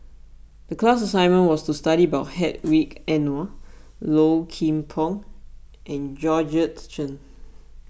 the class assignment was to study about Hedwig Anuar Low Kim Pong and Georgette Chen